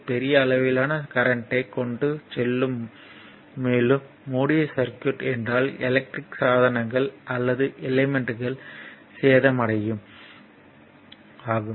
பெரிய அளவிலான கரண்ட்யைக் கொண்டு செல்லும் மேலும் மூடிய சர்க்யூட் என்றால் எலக்ட்ரிக் சாதனங்கள் அல்லது எலிமெண்ட்கள் சேதமடையும் ஆகும்